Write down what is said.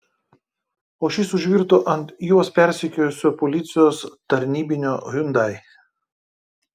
o šis užvirto ant juos persekiojusio policijos tarnybinio hyundai